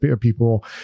People